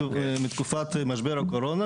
מתקופת משבר הקורונה,